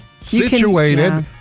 situated